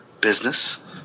business